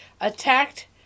attacked